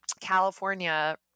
California